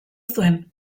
zuen